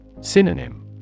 Synonym